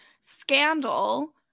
scandal